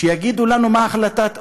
לפחות יגידו לנו מה החלטת אונסק"ו.